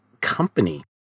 company